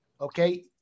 Okay